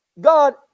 God